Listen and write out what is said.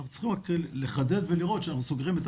אנחנו צריכים רק לחדד ולראות שאנחנו סוגרים את